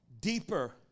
deeper